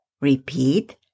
Repeat